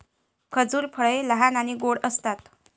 खजूर फळे लहान आणि गोड असतात